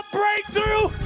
breakthrough